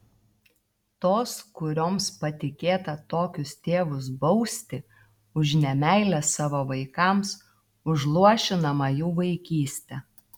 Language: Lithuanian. tos kurioms patikėta tokius tėvus bausti už nemeilę savo vaikams už luošinamą jų vaikystę